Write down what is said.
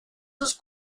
sus